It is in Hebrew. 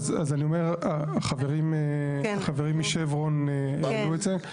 אז אני אומר, החברים משברון העלו את זה?